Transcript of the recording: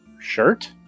shirt